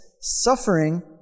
Suffering